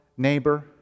neighbor